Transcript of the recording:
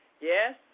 Yes